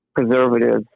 preservatives